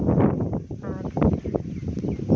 ᱟᱨ